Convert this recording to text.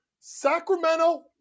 Sacramento